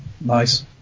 nice